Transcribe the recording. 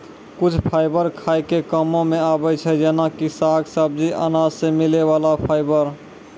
कुछ फाइबर खाय के कामों मॅ आबै छै जेना कि साग, सब्जी, अनाज सॅ मिलै वाला फाइबर